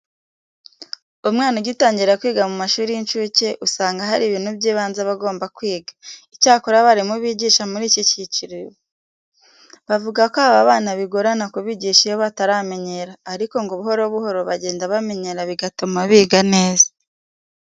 Umwana ugitangira kwiga mu mashuri y'incuke, usanga hari ibintu by'ibanze aba agomba kwiga. Icyakora abarimu bigisha muri iki cyiciro bavuga ko aba bana bigorana kubigisha iyo bataramenyera ariko ngo buhoro buhoro bagenda bamenyera bigatuma biga neza.